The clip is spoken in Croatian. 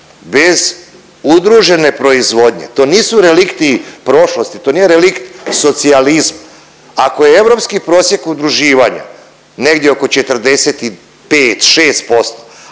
Bez udružene proizvodnje, to nisu relikti prošlosti, to nije relikt socijalizma, ako je europski prosjek udruživanja negdje oko 45-6%,